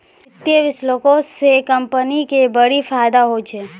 वित्तीय विश्लेषको से कंपनी के बड़ी फायदा होय छै